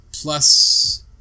plus